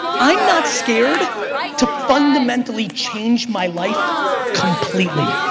i'm not scared to fundamentally change my life completely.